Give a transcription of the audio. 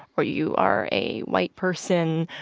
or you are a white person,